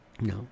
No